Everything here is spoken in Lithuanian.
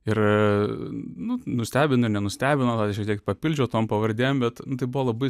ir nustebino nenustebino šiek tiek papildžiau tom pavardėm bet tai buvo labai